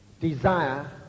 desire